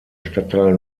stadtteil